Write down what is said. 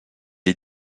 est